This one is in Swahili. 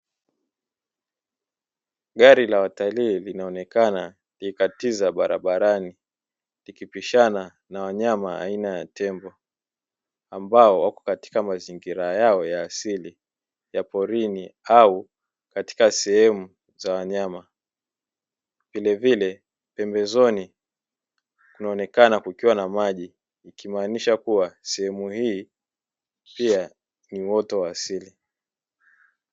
Gari la watalii linaonekana likikatiza barabarani likipishana na wanyama aina ya tembo ambao wapo katika mazingira yao ya asili ya porini au katika sehemu za wanyama, vilevile pembezoni kunaonekana kukiwa na maji ikimaanisha kuwa sehemu hii pia ni uoto wa asili.